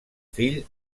fill